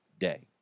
day